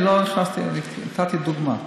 אני לא נכנסתי, אני נתתי דוגמה.